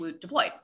deployed